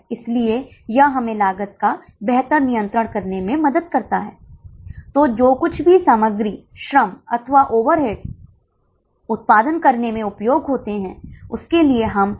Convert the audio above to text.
इसलिए औसत लागत 463 है हालांकि यह समस्या में नहीं पूछा गया था हमने यह अतिरिक्त गणना की है क्योंकि इनके लिए आपको बीईपी की गणना करने की आवश्यकता होगी